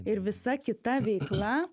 ir visa kita veikla